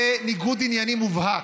זה ניגוד עניינים מובהק.